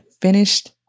finished